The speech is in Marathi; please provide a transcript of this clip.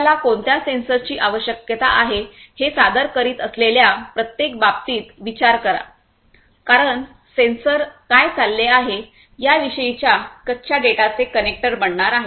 आपल्याला कोणत्या सेन्सर्सची आवश्यकता आहे हे सादर करीत असलेल्या प्रत्येक बाबतीत विचार करा कारण सेन्सर्स काय चालले आहे याविषयीच्या कच्च्या डेटाचे कनेक्टर बनणार आहेत